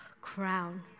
crown